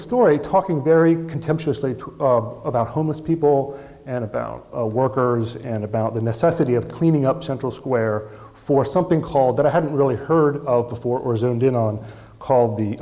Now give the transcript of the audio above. story talking very contemptuously about homeless people and about workers and about the necessity of cleaning up central square for something called that i hadn't really heard of before or assumed in on called the